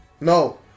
No